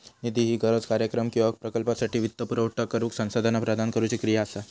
निधी ही गरज, कार्यक्रम किंवा प्रकल्पासाठी वित्तपुरवठा करुक संसाधना प्रदान करुची क्रिया असा